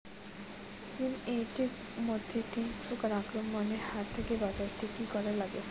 শিম এট মধ্যে থ্রিপ্স পোকার আক্রমণের হাত থাকি বাঁচাইতে কি করা লাগে?